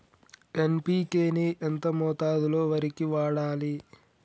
NPK ని ఎంత మోతాదులో వరికి వాడాలి?